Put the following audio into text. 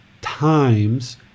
times